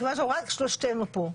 מכיוון שאנחנו רק שלושתנו פה,